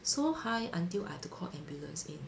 so high until I have to call ambulance in